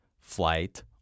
flight